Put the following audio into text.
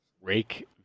rake